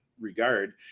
regard